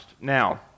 Now